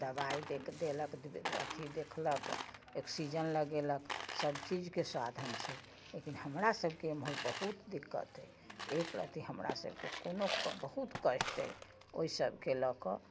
ओकरा दबाइ देलक अथी देखलक ऑक्सिजन लगेलक सब चीजके साधन छै लेकिन हमरा सबके एमहर बहुत दिक्कत अइ एक रति हमरा सबके कोनो बहुत कष्ट अइ ओइ सबके लअके हमरा सब